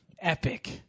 Epic